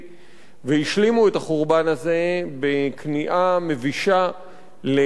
והשלימו את החורבן הזה בכניעה מבישה לתכתיב